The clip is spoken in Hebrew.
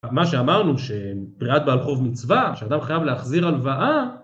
מה שאמרנו שפריעת בעל חוב מצווה, כשאדם חייב להחזיר הלוואה